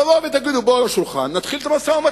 תבואו ותגידו: בואו לשולחן, נתחיל את המשא-ומתן,